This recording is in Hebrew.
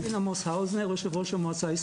עו"ד עמוס האוזנר,